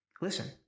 listen